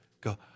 go